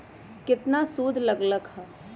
केतना सूद लग लक ह?